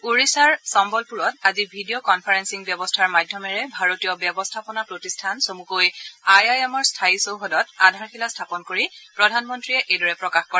ওড়িশাৰ চম্বলপুৰত আজি ভিডিঅ' কন্ফাৰেসিং ব্যৱস্থাৰ মাধ্যমেৰে ভাৰতীয় ব্যৱস্থাপনা প্ৰতিষ্ঠান চমুকৈ আই আই এমৰ স্থায়ী চৌহদত আধাৰশিলা স্থাপন কৰি প্ৰধানমন্ত্ৰীয়ে এইদৰে প্ৰকাশ কৰে